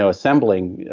ah assembling,